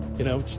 you know,